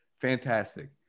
fantastic